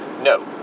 No